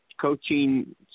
coaching